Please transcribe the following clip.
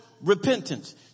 repentance